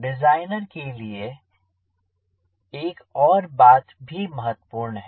designer के लिए एक और बात भी महत्वपूर्ण है